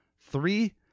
Three